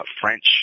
French